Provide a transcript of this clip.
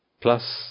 plus